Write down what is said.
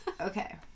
Okay